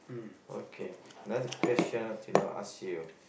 okay another question I want to know ask you